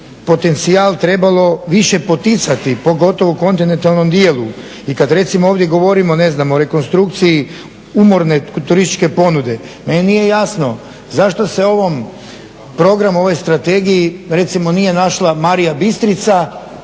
potencijal trebalo više poticati, pogotovo u kontinentalnom dijelu. I kad recimo ovdje govorimo o rekonstrukciji umorne turističke ponude, meni nije jasno zašto se u programu u ovoj strategiji recimo nije našla Marija Bistrica